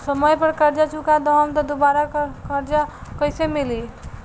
समय पर कर्जा चुका दहम त दुबाराकर्जा कइसे मिली?